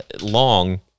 long